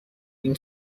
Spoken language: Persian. این